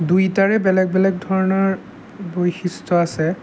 দুইটাৰে বেলেগ বেলেগ ধৰণৰ বৈশিষ্ট আছে